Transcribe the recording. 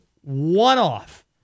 one-off